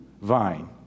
vine